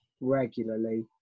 regularly